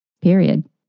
period